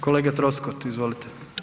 Kolega Troskot, izvolite.